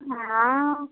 हाँ